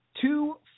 two